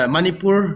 Manipur